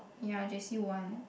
yeah j_c [one]